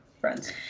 Friends